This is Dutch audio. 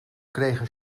kregen